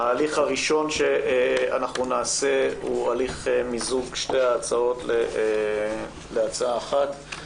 ההליך הראשון שנעשה הוא הליך מיזוג של שתי ההצעות להצעה אחת.